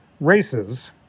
races